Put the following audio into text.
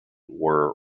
were